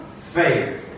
Faith